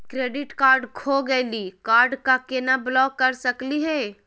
Credit card खो गैली, card क केना ब्लॉक कर सकली हे?